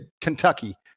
Kentucky